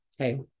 Okay